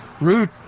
root